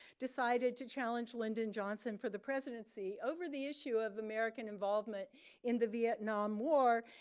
decided to challenge lyndon johnson for the presidency over the issue of american involvement in the vietnam war,